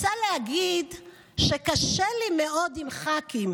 רוצה להגיד שקשה לי מאוד עם ח"כים,